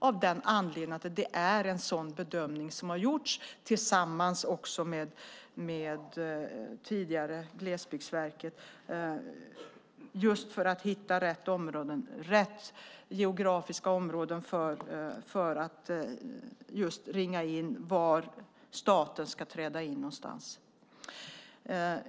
Anledningen är att det är en sådan bedömning som har gjorts tillsammans med det tidigare Glesbygdsverket just för att hitta rätt geografiska områden för att ringa in var någonstans staten ska träda in.